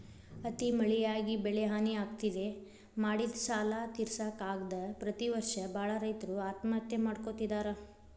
ಅತಿ ಮಳಿಯಾಗಿ ಬೆಳಿಹಾನಿ ಆಗ್ತೇತಿ, ಮಾಡಿದ ಸಾಲಾ ತಿರ್ಸಾಕ ಆಗದ ಪ್ರತಿ ವರ್ಷ ಬಾಳ ರೈತರು ಆತ್ಮಹತ್ಯೆ ಮಾಡ್ಕೋತಿದಾರ